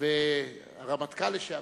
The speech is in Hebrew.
והרמטכ"ל לשעבר,